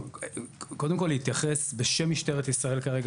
קודם כל להתייחס בשם משטרת ישראל כרגע